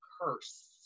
curse